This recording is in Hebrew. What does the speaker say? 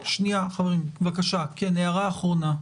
בבקשה, הערה אחרונה.